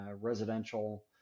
residential